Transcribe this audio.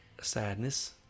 sadness